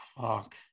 fuck